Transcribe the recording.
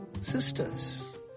sisters